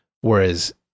Whereas